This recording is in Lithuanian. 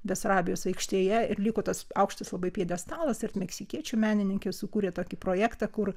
besarabijos aikštėje ir liko tas aukštas labai pjedestalas ir meksikiečių menininkai sukūrė tokį projektą kur